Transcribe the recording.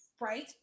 Right